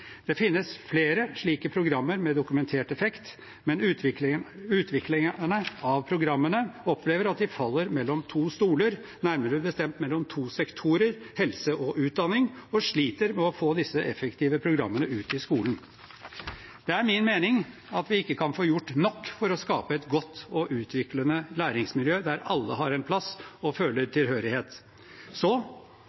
Det finnes flere slike programmer med dokumentert effekt, men utviklerne av programmene opplever at de faller mellom to stoler, nærmere bestemt mellom to sektorer – helse og utdanning – og sliter med å få disse effektive programmene ut i skolen. Det er min mening at vi ikke kan få gjort nok for å skape et godt og utviklende læringsmiljø der alle har en plass og føler